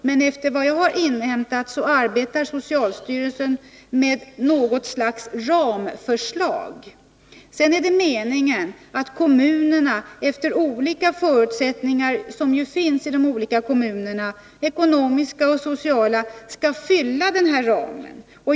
Men efter vad jag har inhämtat arbetar socialstyrelsen med något slags ramförslag. Sedan är det meningen att kommunerna efter de olika ekonomiska och sociala förutsättningar som finns skall fylla denna ram.